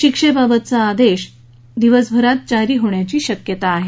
शिक्षेबाबतचा आदेश दिवसभरात जारी होण्याची शक्यता आहे